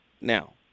Now